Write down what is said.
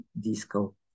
disco